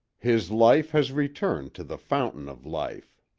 his life has returned to the fountain of life.